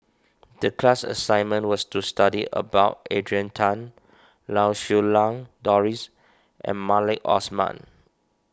the class assignment was to study about Adrian Tan Lau Siew Lang Doris and Maliki Osman